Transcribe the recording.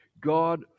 God